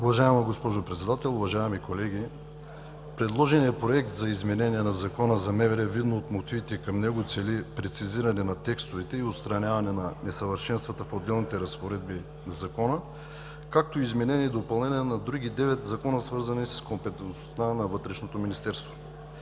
Уважаема госпожо Председател, уважаеми колеги, предложеният Законопроект за изменение на Закона за МВР, видно от мотивите към него, цели прецизиране на текстовете и отстраняване на несъвършенствата в отделните разпоредби на Закона, както и изменение и допълнение на други девет закона, свързани с компетентността на